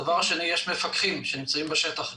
דבר שני, יש מפקחים שנמצאים בשטח.